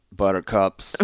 buttercups